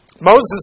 Moses